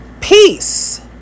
Peace